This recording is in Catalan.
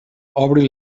obri